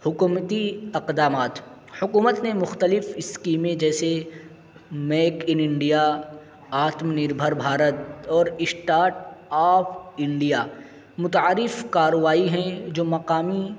حکومتی اقدامات حکومت نے مختلف اسکیمیں جیسے make in India Atmanirbhar Bharat اور اسٹارٹ آف انڈیا متعارف کروائی ہیں جو مقامی